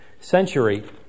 century